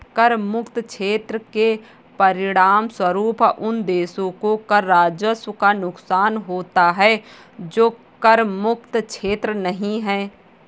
कर मुक्त क्षेत्र के परिणामस्वरूप उन देशों को कर राजस्व का नुकसान होता है जो कर मुक्त क्षेत्र नहीं हैं